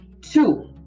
Two